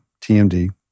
TMD